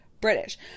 British